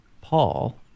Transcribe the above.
Paul